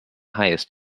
highest